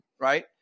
right